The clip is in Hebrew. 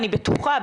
אני בטוחה,